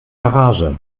garage